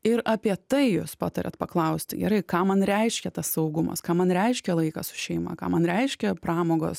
ir apie tai jūs patariat paklausti gerai ką man reiškia tas saugumas ką man reiškia laikas su šeima man reiškia pramogos